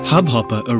Hubhopper